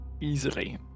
easily